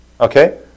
Okay